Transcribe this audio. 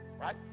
right